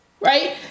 right